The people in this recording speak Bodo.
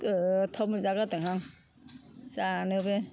गोथाव मोनजागारदों आं जानोबो